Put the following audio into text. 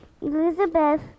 Elizabeth